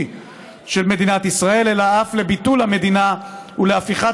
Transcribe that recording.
של מדינת ישראל אלא אף לביטול המדינה ולהפיכת